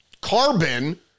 carbon